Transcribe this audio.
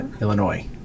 Illinois